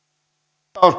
arvoisa